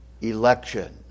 election